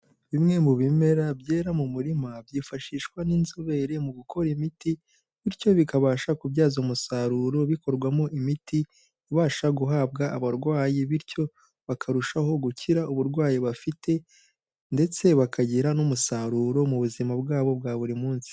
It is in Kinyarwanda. Bimwe mu bimera byera mu murima byifashishwa n'inzobere mu gukora imiti, bityo bikabasha kubyazwa umusaruro bikorwamo imiti ibasha guhabwa abarwayi, bityo bakarushaho gukira uburwayi bafite, ndetse bakagira n'umusaruro mu buzima bwabo bwa buri munsi.